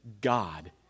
God